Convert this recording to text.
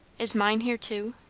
is mine here too?